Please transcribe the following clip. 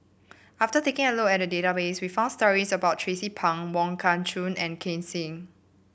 after taking a look at the database we found stories about Tracie Pang Wong Kah Chun and Ken Seet